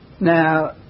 Now